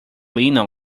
lena